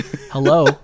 hello